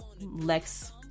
Lex